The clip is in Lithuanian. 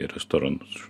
į restoranus